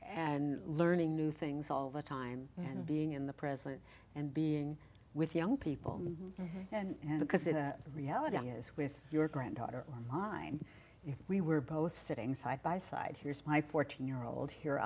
and learning new things all the time and being in the present and being with young people and because the reality is with your granddaughter i'm you we were both sitting side by side here's my fourteen year old here